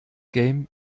game